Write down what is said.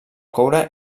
coure